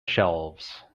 shelves